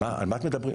על מה מדברים?